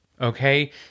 Okay